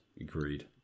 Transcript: agreed